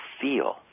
feel